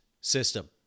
system